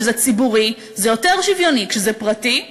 כשזה ציבורי, זה יותר שוויוני, כשזה פרטי,